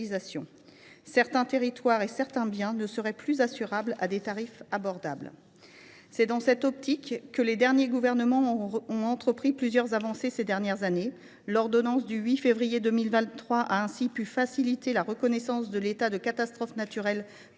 Certains territoires et certains biens ne seraient plus assurables à des tarifs abordables. Face à cette menace, les derniers gouvernements ont obtenu plusieurs avancées. L’ordonnance du 8 février 2023 a ainsi facilité la reconnaissance de l’état de catastrophe naturelle